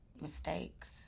mistakes